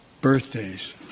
birthdays